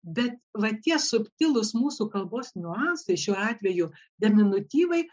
bet va tie subtilūs mūsų kalbos niuansai šiuo atveju deminutyvai